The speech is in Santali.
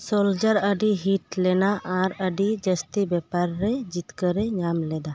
ᱥᱳᱞᱡᱟᱨ ᱟᱹᱰᱤ ᱦᱤᱴ ᱞᱮᱱᱟ ᱟᱨ ᱟᱹᱰᱤ ᱡᱟᱹᱥᱛᱤ ᱵᱮᱯᱟᱨ ᱨᱮ ᱡᱤᱛᱠᱟᱹᱨᱮ ᱧᱟᱢ ᱞᱮᱫᱟ